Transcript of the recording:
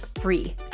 free